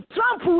Trump